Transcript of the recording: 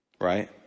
Right